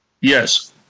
Yes